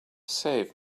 save